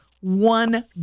one